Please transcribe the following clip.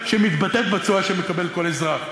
שמתבטאת בתשואה שמקבל כל אזרח.